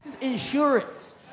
insurance